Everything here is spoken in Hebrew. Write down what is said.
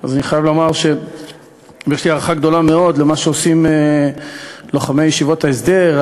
אז אני חייב לומר שיש לי הערכה גדולה למה שעושים לוחמי ישיבות ההסדר.